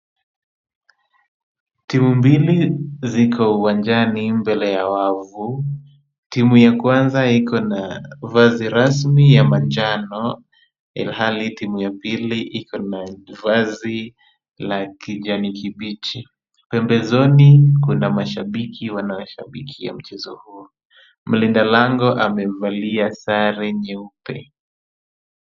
Timu mbili ziko uwanjani mbele ya wavu. Timu ya kwanza iko na vazi rasmi ya manjano, ilhali timu ya pili iko na vazi la kijani kibichi. Pembezoni kuna mashabiki wanaowashabikia mchezo huo. Mlinda lango amevalia sare nyeupe.